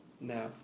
No